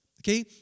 Okay